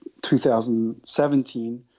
2017